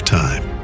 time